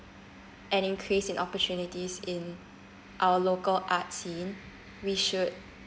an increase in opportunities in our local arts scene we should